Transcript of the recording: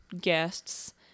guests